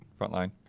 Frontline